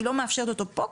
היא לא מאפשרת אותו פה,